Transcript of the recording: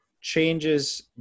changes